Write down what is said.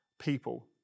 people